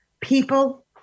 People